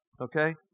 Okay